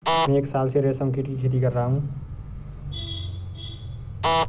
मैं एक साल से रेशमकीट की खेती कर रहा हूँ